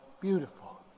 beautiful